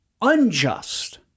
unjust